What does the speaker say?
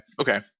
Okay